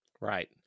Right